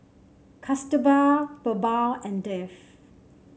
Kasturba BirbaL and Dev